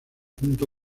junto